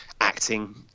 acting